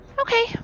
okay